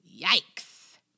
Yikes